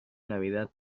navidad